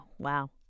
Wow